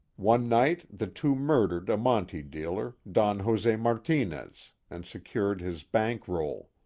one night the two murdered a monte dealer, don jose martinez, and secured his bank roll.